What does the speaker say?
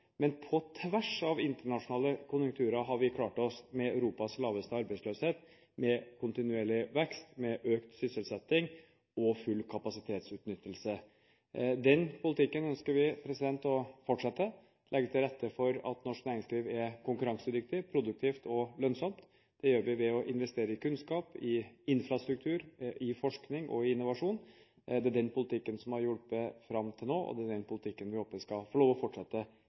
På tross av internasjonale konjunkturer har vi klart oss, med Europas laveste arbeidsløshet, med kontinuerlig vekst, med økt sysselsetting og full kapasitetsutnyttelse. Den politikken ønsker vi å fortsette, og legge til rette for at norsk næringsliv er konkurransedyktig, produktivt og lønnsomt. Det gjør vi ved å investere i kunnskap, infrastruktur, forskning og innovasjon. Det er den politikken som har hjulpet fram til nå, og det er den politikken vi håper skal få lov å fortsette